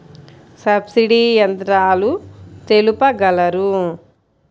Subsidy యంత్రాలు తెలుపగలరు?